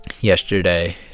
yesterday